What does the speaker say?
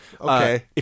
Okay